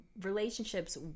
relationships